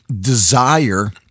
desire